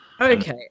Okay